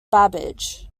babbage